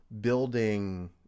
building